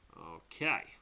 okay